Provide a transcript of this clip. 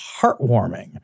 heartwarming